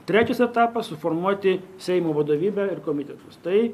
trečias etapas suformuoti seimo vadovybę ir komitetus tai